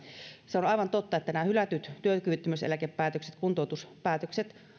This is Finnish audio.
se on aivan totta että nämä hylätyt työkyvyttömyyseläkepäätökset ja kuntoutuspäätökset